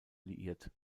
liiert